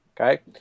Okay